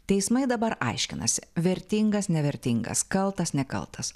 teismai dabar aiškinasi vertingas nevertingas kaltas nekaltas